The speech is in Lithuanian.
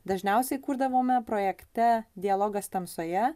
dažniausiai kurdavome projekte dialogas tamsoje